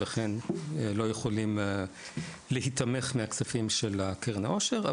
ולכן לא יכולות להיתמך על ידי הכספים של קרן העושר,